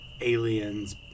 aliens